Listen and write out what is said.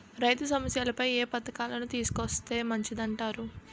రైతు సమస్యలపై ఏ పథకాలను తీసుకొస్తే మంచిదంటారు?